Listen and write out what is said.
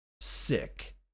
sick